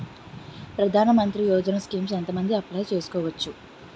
ప్రధాన మంత్రి యోజన స్కీమ్స్ ఎంత మంది అప్లయ్ చేసుకోవచ్చు?